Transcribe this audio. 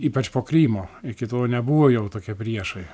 ypač po krymo iki tol nebuvo jau tokie priešai